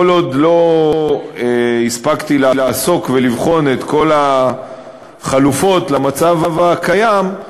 כל עוד לא הספקתי לעסוק ולבחון את כל החלופות למצב הקיים,